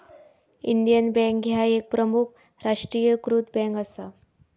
Indian bank ह्या एक प्रमुख राष्ट्रीयीकृत बँक असा